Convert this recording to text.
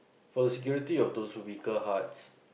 for the security of those with weaker hearts